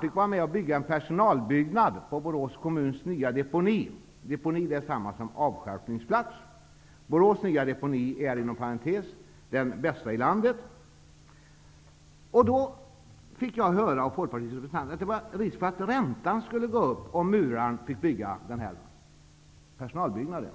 fick arbeta med att bygga en personalbyggnad på Borås kommuns nya deponi, deponi är detsamma som avstjälpningsplats -- inom parentes den bästa i landet. Då fick jag höra av Folkpartiets representant att det var risk för att räntan skulle gå upp om muraren fick göra det.